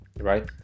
right